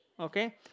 Okay